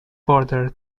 border